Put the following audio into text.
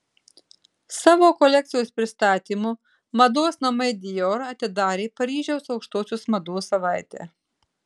savo kolekcijos pristatymu mados namai dior atidarė paryžiaus aukštosios mados savaitę